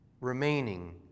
remaining